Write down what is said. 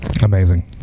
amazing